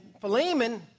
Philemon